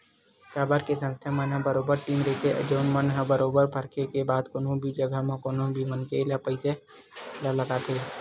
काबर के संस्था मन के बरोबर टीम रहिथे जउन मन ह बरोबर परखे के बाद कोनो भी जघा म कोनो भी मनखे के पइसा ल लगाथे